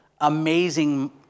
amazing